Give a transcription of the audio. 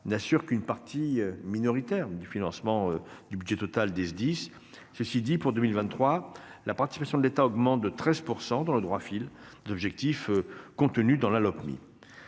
n'assure donc qu'une part minoritaire du financement du budget total des Sdis. Cela dit, pour 2023, la participation de l'État augmente de 13 %, dans le droit fil des objectifs contenus dans le projet